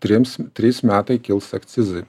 trims trys metai kils akcizai